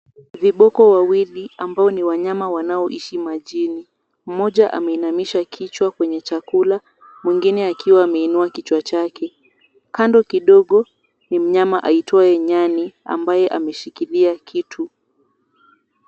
Viboko wawili ambao ni wanyama wanaoishi majini. Mmoja ameinamisha kichwa kwenye chakula, mwingine akiwa ameinua kichwa chake. Kando kidogo ni mnyama aitwaye nyani ambaye ameshikilia kitu.